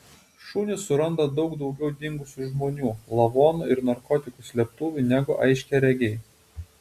šunys suranda daug daugiau dingusių žmonių lavonų ir narkotikų slėptuvių negu aiškiaregiai